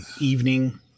evening